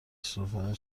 صبحونه